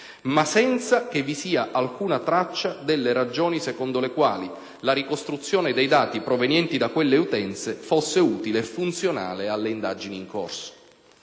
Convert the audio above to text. ma senza che vi sia alcuna traccia delle ragioni secondo le quali la ricostruzione dei dati provenienti da quelle utenze fosse utile e funzionale alle indagini in corso.